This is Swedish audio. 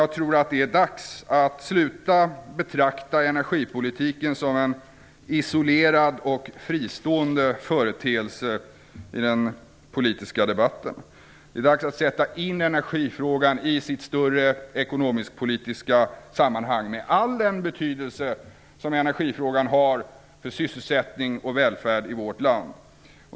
Jag tror att det är dags att sluta betrakta energipolitiken som en isolerad och fristående företeelse i den politiska debatten. Det är dags att sätta energifrågan i sitt större ekonomisk-politiska sammanhang, med all den betydelse som energifrågan har för sysselsättning och välfärd i vårt land.